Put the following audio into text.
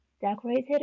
decorated